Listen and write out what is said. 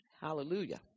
Hallelujah